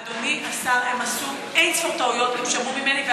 אדוני השר, הם עשו אין-ספור טעויות, הם שמעו ממני.